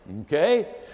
Okay